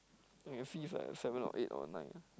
you can see seven or eight or nine ah